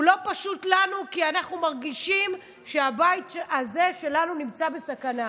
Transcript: הוא לא פשוט לנו כי אנחנו מרגישים שהבית הזה שלנו נמצא בסכנה.